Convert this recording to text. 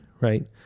right